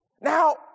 Now